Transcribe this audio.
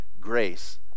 grace